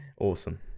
awesome